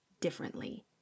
differently